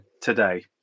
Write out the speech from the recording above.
today